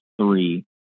three